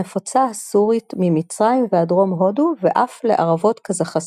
נפוצה הסורית ממצרים ועד דרום הודו ואף לערבות קזחסטן.